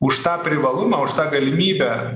už tą privalumą už tą galimybę